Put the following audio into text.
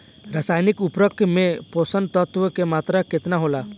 रसायनिक उर्वरक मे पोषक तत्व के मात्रा केतना होला?